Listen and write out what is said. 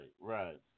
right